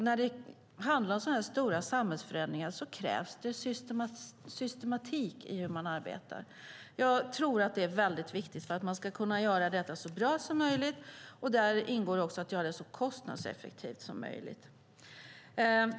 När det handlar om så här stora samhällsförändringar krävs det systematik i hur man arbetar. Jag tror att det är viktigt för att man ska kunna göra detta så bra som möjligt. Däri ingår också att göra det så kostnadseffektivt som möjligt.